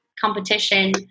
competition